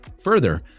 Further